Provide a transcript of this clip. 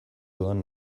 doan